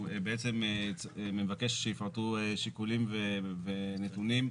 שהוא בעצם מבקש שיפרטו שיקולים ונתונים,